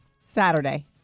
Saturday